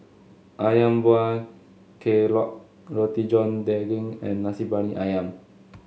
ayam Buah Keluak Roti John Daging and Nasi Briyani ayam